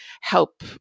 help